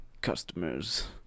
customers